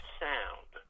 sound